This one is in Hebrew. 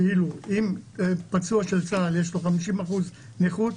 כאילו אם לפצוע צה"ל יש 50% נכות,